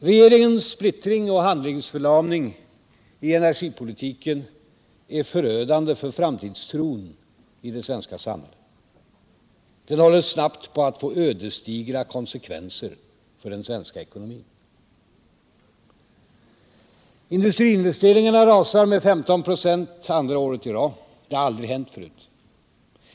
Regeringens splittring och handlingsförlamning i energipolitiken är förödande för framtidstron i det svenska samhället. Den håller snabbt på att få ödesdigra konsekvenser för den svenska ekonomin. Industriinvesteringarna rasar med 15 96 andra året i rad — det har aldrig hänt förut.